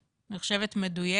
אני חושבת, מדויקת,